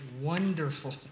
wonderful